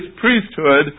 priesthood